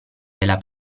della